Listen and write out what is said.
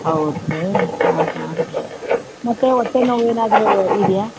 ಹೌದಾ ರೀ ಆಂ ಹಾಂ ಮತ್ತೆ ಹೊಟ್ಟೆ ನೋವು ಏನಾದರೂ ಇದೆಯಾ